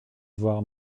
voir